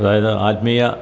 അതായത് ആത്മീയ